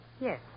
Yes